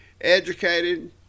Educated